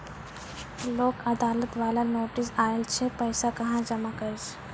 लोक अदालत बाला नोटिस आयल छै पैसा कहां जमा करबऽ?